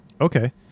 Okay